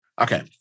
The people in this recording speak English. okay